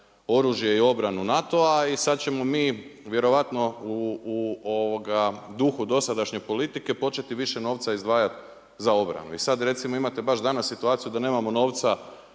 oružje i obranu NATO-a, a i sada ćemo mi vjerojatno u duhu dosadašnje politike početi više novca izdvajati za obranu. I sada recimo imate baš danas situaciju da nemamo novca